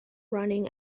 running